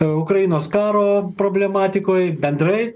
ukrainos karo problematikoje bendrai